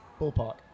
Ballpark